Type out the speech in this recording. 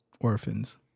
orphans